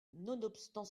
nonobstant